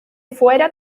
fuera